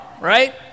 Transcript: right